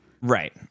Right